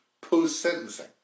post-sentencing